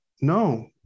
no